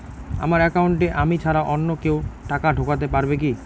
আমার একাউন্টে আমি ছাড়া অন্য কেউ টাকা ঢোকাতে পারবে কি?